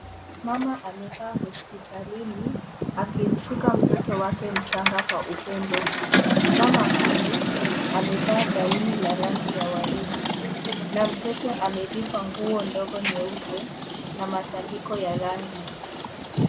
Mama amekaa hospitalini akimshika mtoto wake mchanga kwa upendo. Mama huyu amevaa gauni la rangi ya waridi na mtoto amevikwa nguo ndogo nyeupe na matandiko ya rangi.